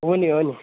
हो नि हो नि